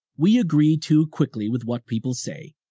we agree too quickly with what people say.